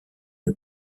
une